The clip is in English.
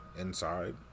inside